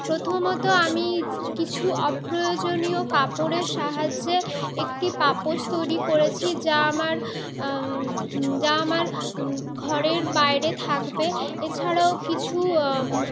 প্রথমত আমি কিছু অপ্রয়োজনীয় কাপড়ের সাহায্যে একটি পাপোষ তৈরি করেছি যা আমার যা আমার ঘরের বাইরে থাকবে এছাড়াও কিছু